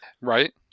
right